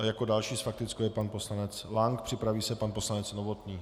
Jako další s faktickou je pan poslanec Lank, připraví se pan poslanec Novotný.